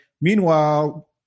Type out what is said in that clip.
meanwhile